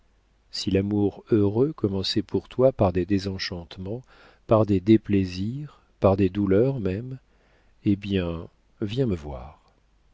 si l'amour heureux commençait pour toi par des désenchantements par des déplaisirs par des douleurs même eh bien viens me voir